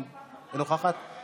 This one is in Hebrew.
נוכחת, מוותרת.